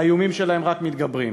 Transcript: האיומים שלהם רק מתגברים.